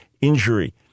injury